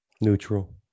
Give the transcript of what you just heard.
Neutral